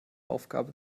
aufgabe